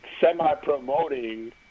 semi-promoting